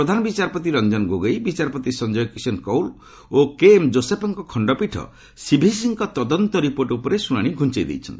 ପ୍ରଧାନ ବିଚାରପତି ରଞ୍ଜନ ଗୋଗେଇ ବିଚାରପତି ସଂଜୟ କିଶନ୍ କୌଲ ଓ କେଏମ୍ ଜୋସେଫ୍ଙ୍କ ଖଣ୍ଡପୀଠ ସିଭିସି ଙ୍କ ତଦନ୍ତ ରିପୋର୍ଟ ଉପରେ ଶୁଣାଣି ଘୁଞ୍ଚାଇ ଦେଇଛନ୍ତି